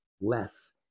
less